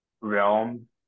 realm